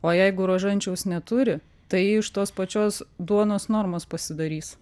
o jeigu rožančiaus neturi tai iš tos pačios duonos normos pasidarys